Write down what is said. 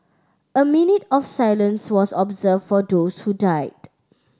a minute of silence was observed for those who died